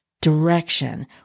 direction